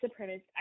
supremacist